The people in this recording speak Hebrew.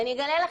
אני אגלה לכם,